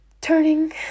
Turning